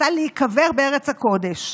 רצתה להיקבר בארץ הקודש.